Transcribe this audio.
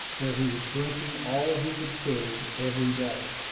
where he was drinking all he could carry, every day.